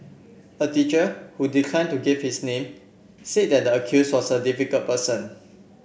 a teacher who declined to give his name said that the accused was a difficult person